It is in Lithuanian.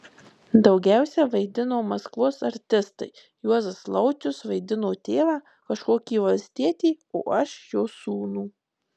dagiausia vaidino maskvos artistai juozas laucius vaidino tėvą kažkokį valstietį o aš jo sūnų